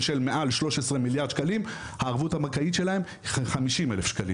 של מעל 13 מיליארד שקלים הערבות הבנקאית שלהם 50,000 ₪.